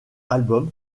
album